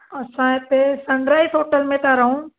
असां हिते sunrise hotel में था रहूं